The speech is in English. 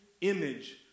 image